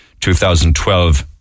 2012